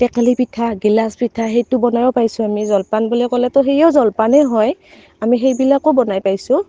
টেকেলি পিঠা গিলাচ পিঠা সেইটো বনায়ো পাইছোঁ আমি জলপান বুলি ক'লেতো সেয়াও জলপানেই হয় আমি হসেইবিলাকো বনাই পাইছোঁ